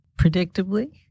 predictably